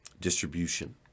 distribution